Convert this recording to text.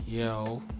Yo